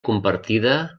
compartida